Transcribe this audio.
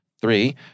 Three